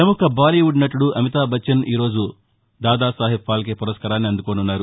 ప్రపముఖ బాలీవుడ్ నటుడు అమితాబ్ బచ్చన్ ఈ రోజు దాదాసాహెబ్ ఫాల్కే పురస్కారాన్ని అందుకోనున్నారు